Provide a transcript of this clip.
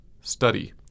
study